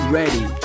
ready